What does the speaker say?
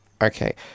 Okay